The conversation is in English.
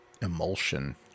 Emulsion